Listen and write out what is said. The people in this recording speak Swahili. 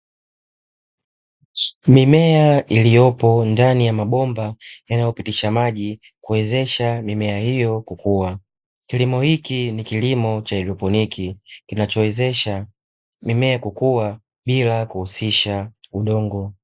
Mimea iliyopo ndani ya mabomba, yanayopitisha maji kuwezesha mimea hiyo kukuwa, kilimo hiki ni cha haidroponi kinachowezesha mimea kukua bila kuhusisha udongo.